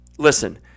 Listen